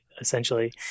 essentially